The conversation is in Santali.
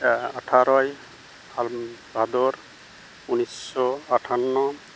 ᱟᱴᱷᱟᱨᱚᱭ ᱵᱷᱟᱫᱚᱨ ᱩᱱᱤᱥᱥᱚ ᱟᱴᱷᱟᱱᱱᱚ